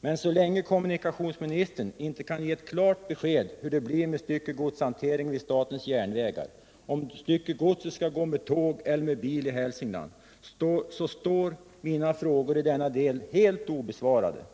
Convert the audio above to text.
Men så länge kommunikationsministern inte kan ge ett klart besked om hur det blir med styckegodshanteringen vid SJ, om styckegodset skall fraktas med tåg eller med bil i Hälsingland, förblir mina frågor i denna del helt obesvarade.